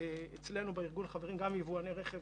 וחברים אצלנו בארגון יבואני רכב